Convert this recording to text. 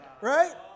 right